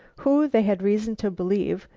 who, they had reason to believe,